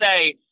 say